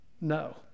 no